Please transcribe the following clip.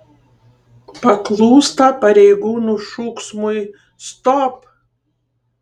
paklūsta pareigūnų šūksmui stop